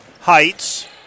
Heights